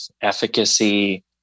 efficacy